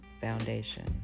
foundation